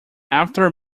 after